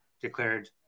declared